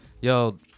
yo